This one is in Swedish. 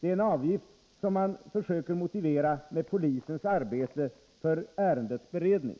Det är en avgift som man försöker motivera med polisens arbete för ärendenas beredning.